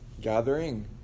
gathering